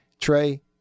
Trey